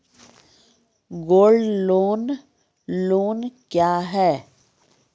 Gold loan loan क्या हैं?